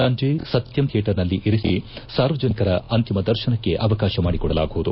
ಸಂಜೆ ಸತ್ತಂ ಧಿಯೇಟರ್ನಲ್ಲಿ ಇರಿಸಿ ಸಾರ್ವಜನಿಕರ ಅಂತಿಮ ದರ್ಶನಕ್ಕೆ ಅವಕಾಶ ಮಾಡಿಕೊಡಲಾಗುವುದು